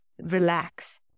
relax